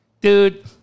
Dude